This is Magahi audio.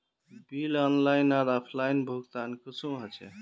बिल ऑनलाइन आर ऑफलाइन भुगतान कुंसम होचे?